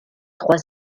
trois